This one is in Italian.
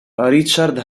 richard